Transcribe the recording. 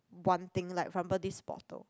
one thing like for example this bottle